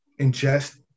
ingest